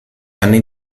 anni